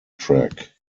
track